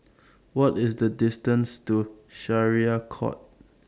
What IS The distance to Syariah Court